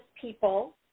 people